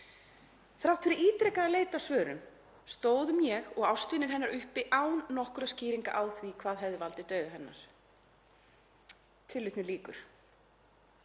Þrátt fyrir ítrekaða leit að svörum stóðu ég og ástvinir hennar uppi án nokkurra skýringa á hvað hefði valdið dauða hennar.“ Hvað gerir